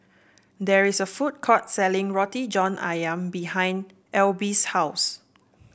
there is a food court selling Roti John ayam behind Alby's house